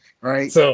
right